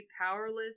powerless